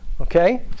Okay